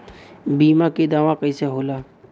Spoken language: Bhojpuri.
बीमा के दावा कईसे होला?